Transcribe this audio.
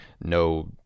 no